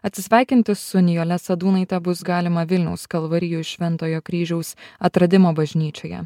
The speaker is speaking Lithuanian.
atsisveikinti su nijole sadūnaite bus galima vilniaus kalvarijų šventojo kryžiaus atradimo bažnyčioje